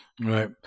Right